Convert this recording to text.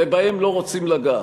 ובהם לא רוצים לגעת.